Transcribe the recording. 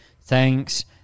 thanks